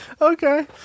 Okay